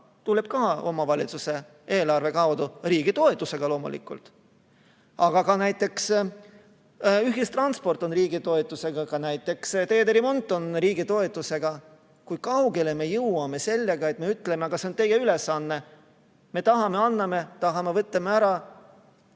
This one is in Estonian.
tuleb ka omavalitsuse eelarve kaudu, küll riigi toetusega loomulikult. Ka näiteks ühistransport on riigi toetusega, ka teede remont on riigi toetusega. Kui kaugele me jõuame sellega, et me ütleme, et aga see on teie ülesanne? Kui me tahame, siis anname, kui tahame, siis võtame ära,